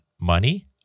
money